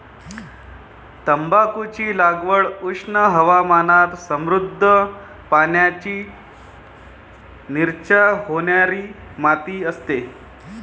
तंबाखूची लागवड उष्ण हवामानात समृद्ध, पाण्याचा निचरा होणारी माती असते